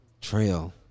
trail